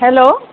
hello